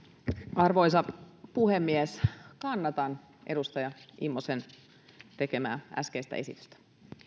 arvoisa puhemies kannatan edustaja immosen tekemää äskeistä esitystä